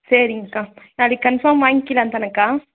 சரிங்கக்கா நாளைக்கு கன்ஃபார்ம் வாங்கிக்கலாம் தானேக்கா